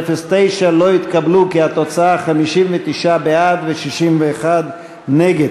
ב-09, לא התקבלו, כי התוצאה היא 59 בעד ו-61 נגד.